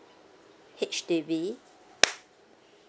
H_D_B